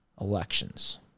elections